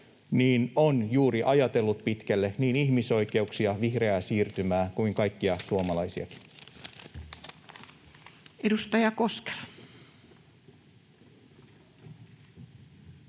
on juuri ajatellut pitkälle, niin ihmisoikeuksia, vihreää siirtymää kuin kaikkia suomalaisiakin. [Speech